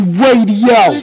radio